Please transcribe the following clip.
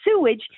sewage